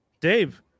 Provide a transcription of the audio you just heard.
Dave